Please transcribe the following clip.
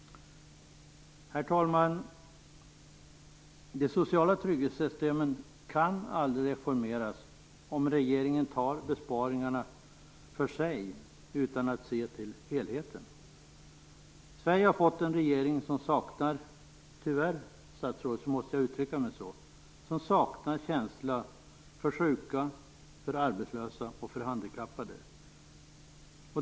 Herr talman! De sociala trygghetssystemen kan aldrig reformeras om regeringen tar besparingarna för sig utan att se till helheten. Sverige har fått en regering som saknar - tyvärr måste jag uttrycka mig så, statsrådet - känsla för sjuka, arbetslösa och handikappade.